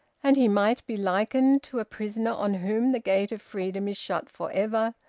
and he might be likened to a prisoner on whom the gate of freedom is shut for ever,